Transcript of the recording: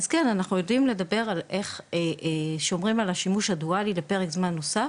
אז כן אנחנו יודעים לדבר על איך שומרים על השימוש הדואלי בפרק זמן נוסף,